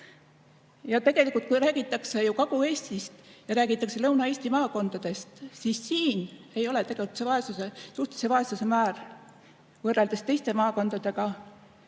palju. Kui räägitakse Kagu-Eestist ja räägitakse Lõuna-Eesti maakondadest, siis siin ei ole suhtelise vaesuse määr võrreldes teiste maakondadega